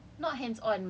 err apa